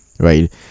right